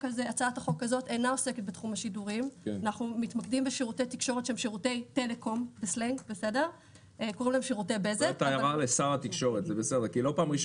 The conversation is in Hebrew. החוק הבאה